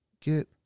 get